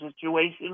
situation